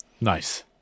Nice